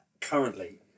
currently